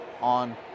on